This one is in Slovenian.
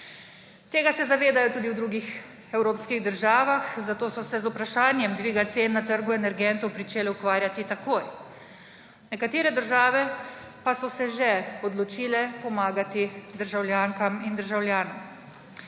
Tega se zavedajo tudi v drugih evropskih državah, zato so se z vprašanjem dviga cen na trgu energentov pričele ukvarjati takoj. Nekatere države pa so se že odločile pomagati državljankam in državljanom.